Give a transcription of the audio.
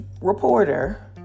reporter